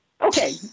Okay